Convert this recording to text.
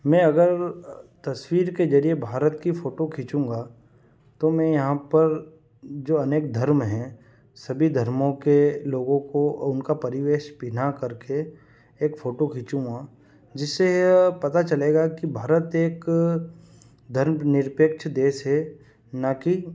मैं अगर तस्वीर के जरिए भारत की फोटो खीचूंगा तो मैं यहाँ पर जो अनेक धर्म हैं सभी धर्मों के लोगो को और उनका परिवेश पिन्हा करके एक फोटो खीचूंगा जिससे यह पता चलेगा कि भारत एक धर्म निरपेक्ष देश है न कि